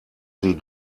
sie